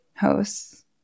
hosts